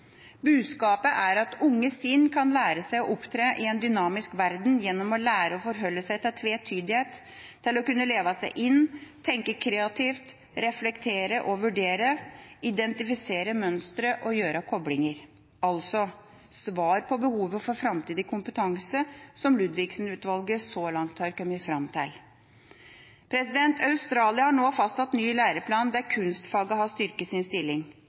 Budskapet er at unge sinn kan lære seg å opptre i en dynamisk verden gjennom å lære å forholde seg til tvetydighet, til å kunne leve seg inn, tenke kreativt, reflektere og vurdere, identifisere mønstre og gjøre koblinger – altså svar på behovet for framtidig kompetanse, som Ludvigsen-utvalget så langt har kommet fram til. Australia har nå fastsatt ny læreplan, der kunstfagene har styrket sin stilling.